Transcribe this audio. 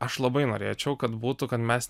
aš labai norėčiau kad būtų kad mes